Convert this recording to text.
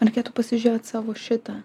man reikėtų pasižiūrėt savo šitą